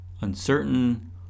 uncertain